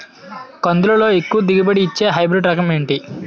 కందుల లో ఎక్కువ దిగుబడి ని ఇచ్చే హైబ్రిడ్ రకం ఏంటి?